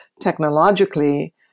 technologically